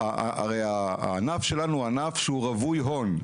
הרי הענף שלנו הוא ענף שהוא רווי הון,